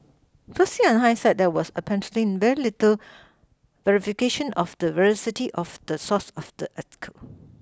firstly on hindsight there was apparently very little verification of the veracity of the source of the article